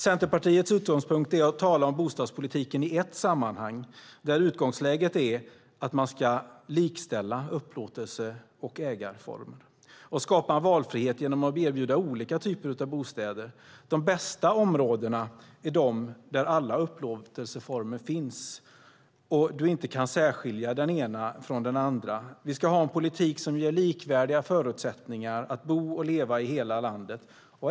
Centerpartiets utgångspunkt är att tala om bostadspolitiken i ett sammanhang, där utgångsläget är att man ska likställa upplåtelse och ägandeformer samt skapa en valfrihet genom att erbjuda olika typer av bostäder. De bästa områdena är de där alla upplåtelseformer finns och du inte kan särskilja den ena från den andra. Vi ska ha en politik som ger likvärdiga förutsättningar att bo och leva i hela landet.